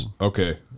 okay